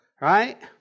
right